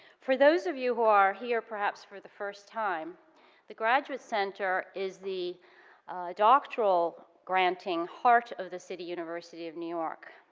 for those of you who are here, perhaps, for the first time the graduate center is the doctoral granting heart of the city university of new york.